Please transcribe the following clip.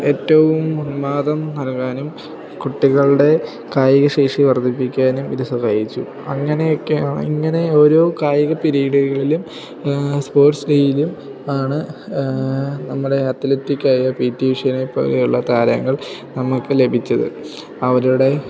ഏറ്റവും ഉന്മാദം നൽകാനും കുട്ടികളുടെ കായികശേഷി വർദ്ധിപ്പിക്കാനും ഇത് സഹായിച്ചു അങ്ങനെയൊക്കെയാണ് ഇങ്ങനെ ഓരോ കായിക പിരീഡുകളിലും സ്പോർട്സ് ഡേയിലും ആണ് നമ്മുടെ അത്ലെറ്റിക്കായ പി ടി ഉഷേനെ പോലെയുള്ള താരങ്ങൾ നമുക്ക് ലഭിച്ചത് അവരുടെ